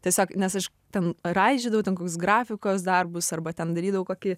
tiesiog nes aš ten raižydavau ten kokius grafikos darbus arba ten darydavau kokį